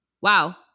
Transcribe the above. Wow